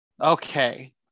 Okay